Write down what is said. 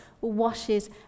washes